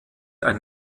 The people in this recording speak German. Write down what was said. ein